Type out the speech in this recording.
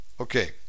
Okay